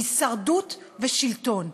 הישרדות ושלטון.